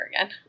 again